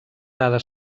dada